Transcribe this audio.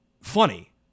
funny